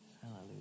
Hallelujah